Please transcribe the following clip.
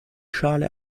schale